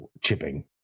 chipping